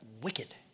wicked